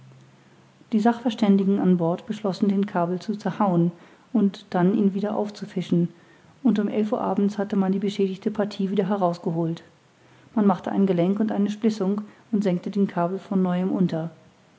die sachverständigen an bord beschlossen den kabel zu zerhauen und dann ihn wieder aufzufischen und um elf uhr abends hatte man die beschädigte partie wieder herausgeholt man machte ein gelenk und eine splissung und senkte den kabel von neuem unter